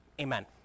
Amen